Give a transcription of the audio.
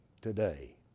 today